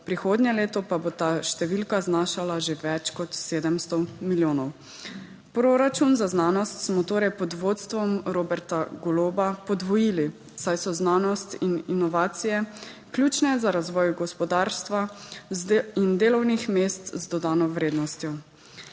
prihodnje leto pa bo ta številka znašala že več kot 700 milijonov. Proračun za znanost smo torej pod vodstvom Roberta Goloba podvojili, saj so znanost in inovacije ključne za razvoj gospodarstva in delovnih mest z dodano vrednostjo.